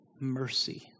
mercy